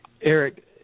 Eric